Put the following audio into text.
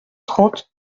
trente